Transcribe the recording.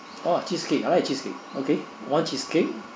orh cheesecake I like cheesecake okay one cheesecake